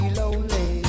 lonely